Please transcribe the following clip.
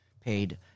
paid